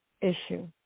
issue